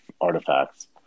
artifacts